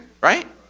Right